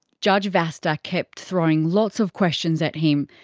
judge vasta kept throwing lots of questions at him.